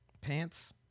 pants